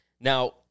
Now